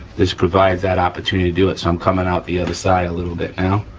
this provides that opportunity to do it. so i'm coming out the other side a little bit now.